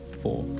four